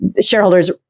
shareholders